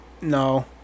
no